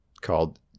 called